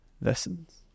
lessons